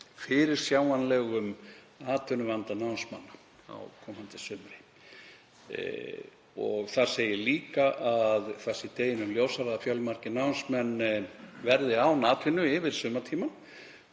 fyrirsjáanlegum atvinnuvanda námsmanna á komandi sumri. Þar segir líka að það sé deginum ljósara að fjölmargir námsmenn verði án atvinnu yfir sumartímann